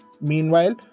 Meanwhile